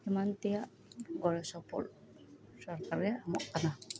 ᱮᱢᱟᱱ ᱛᱮᱭᱟᱜ ᱜᱚᱲᱚ ᱥᱚᱯᱚᱦᱚᱫ ᱥᱚᱨᱠᱟᱨᱮ ᱮᱢᱚᱜ ᱠᱟᱱᱟ